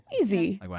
easy